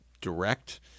direct